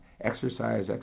exercise